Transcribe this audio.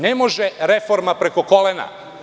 Ne može reforma preko kolena.